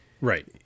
Right